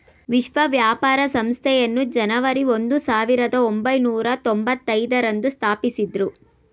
ವಿಶ್ವ ವ್ಯಾಪಾರ ಸಂಸ್ಥೆಯನ್ನು ಜನವರಿ ಒಂದು ಸಾವಿರದ ಒಂಬೈನೂರ ತೊಂಭತ್ತೈದು ರಂದು ಸ್ಥಾಪಿಸಿದ್ದ್ರು